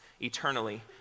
eternally